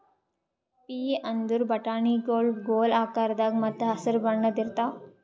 ಪೀ ಅಥವಾ ಬಟಾಣಿಗೊಳ್ ಗೋಲ್ ಆಕಾರದಾಗ ಮತ್ತ್ ಹಸರ್ ಬಣ್ಣದ್ ಇರ್ತಾವ